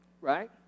right